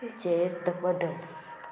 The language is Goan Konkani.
चेर त बदल